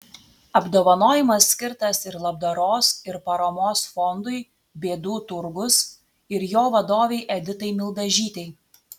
apdovanojimas skirtas ir labdaros ir paramos fondui bėdų turgus ir jo vadovei editai mildažytei